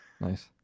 nice